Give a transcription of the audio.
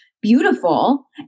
beautiful